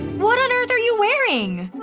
what on earth are you wearing?